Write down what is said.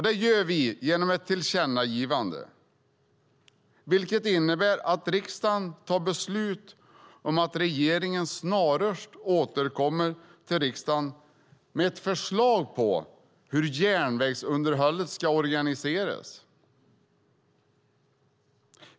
Det gör vi genom ett tillkännagivande, vilket innebär att riksdagen tar beslut om att regeringen snarast återkommer till riksdagen med förslag om hur järnvägsunderhållet ska organiseras.